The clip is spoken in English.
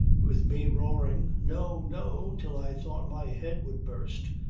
with me roaring no! no! till i thought my head would burst,